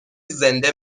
زنده